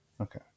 Okay